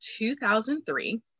2003